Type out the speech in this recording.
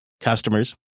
customers